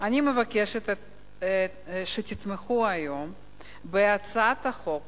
אני מבקשת שתתמכו היום בהצעת חוק